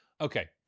Okay